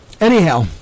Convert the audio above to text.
Anyhow